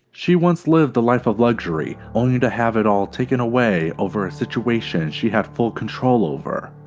she once lived the life of luxury only to have it all taken away over a situation she had full control over.